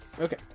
Okay